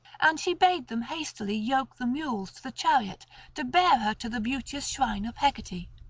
and she bade them hastily yoke the mules to the chariot to bear her to the beauteous shrine of hecate.